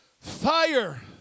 Fire